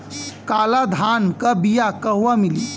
काला धान क बिया कहवा मिली?